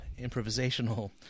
improvisational